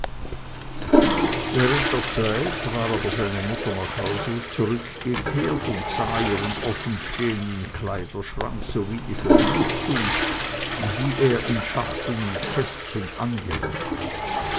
während der zeit war aber seine mutter nach hause zurückgekehrt und sah ihren offenstehenden kleiderschrank sowie die verwüstung die er in schachteln und kästchen angerichtet